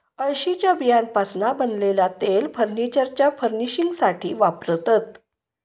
अळशीच्या बियांपासना बनलेला तेल फर्नीचरच्या फर्निशिंगसाथी वापरतत